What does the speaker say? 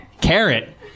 carrot